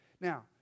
Now